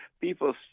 people